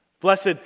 blessed